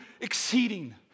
exceeding